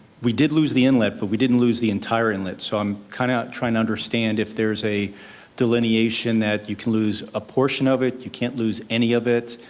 we did lose the inlet, but we didn't lose the entire inlet, so i'm kind of trying to understand if there's a delineation that you can lose a portion of it, you can't lose any of it.